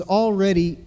already